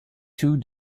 tous